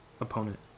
opponent